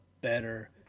better